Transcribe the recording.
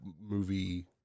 movie